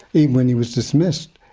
even when he was dismissed,